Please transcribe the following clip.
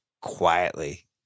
quietly –